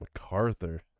MacArthur